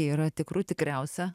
yra tikrų tikriausia